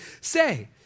say